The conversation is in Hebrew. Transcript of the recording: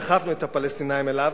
דחפנו את הפלסטינים אליו,